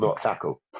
tackle